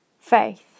faith